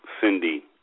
Cindy